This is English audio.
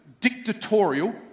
dictatorial